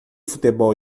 futebol